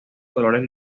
colores